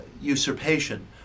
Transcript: usurpation